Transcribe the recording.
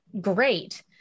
great